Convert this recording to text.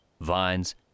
vines